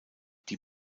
die